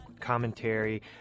commentary